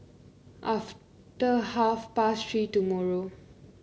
after half past Three tomorrow